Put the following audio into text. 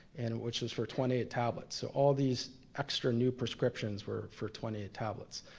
and which is for twenty eight tablets. so all these extra new prescriptions were for twenty eight tablets.